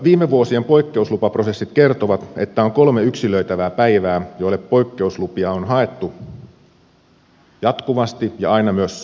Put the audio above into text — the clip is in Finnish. viime vuosien poikkeuslupaprosessit kertovat että on kolme yksilöitävää päivää joille poikkeuslupia on haettu jatkuvasti ja aina myös saatu